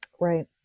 Right